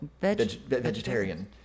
vegetarian